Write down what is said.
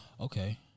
Okay